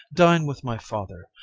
dine with my father,